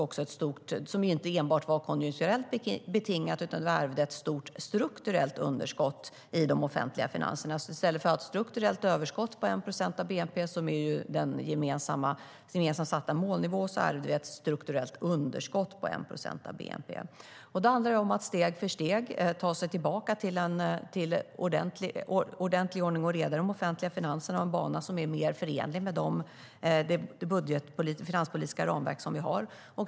Detta var inte enbart konjunkturellt betingat, utan vi ärvde också ett stort strukturellt underskott i de offentliga finanserna. I stället för att ha ett strukturellt överskott på 1 procent av bnp, som är den gemensamt satta målnivån, ärvde vi ett strukturellt underskott på 1 procent av bnp. Det handlar om att steg för steg ta sig tillbaka till ordentlig ordning och reda i de offentliga finanserna och en bana som är mer förenlig med det finanspolitiska ramverk som vi har.